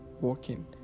walking